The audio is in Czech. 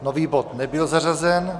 Nový bod nebyl zařazen.